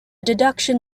deduction